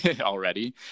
already